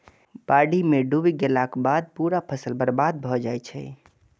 बाढ़ि मे डूबि गेलाक बाद पूरा फसल बर्बाद भए जाइ छै